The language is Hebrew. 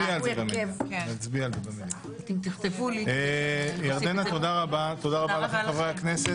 אני מתכבד להציג את הצעת ועדת הכנסת